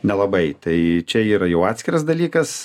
nelabai tai čia yra jau atskiras dalykas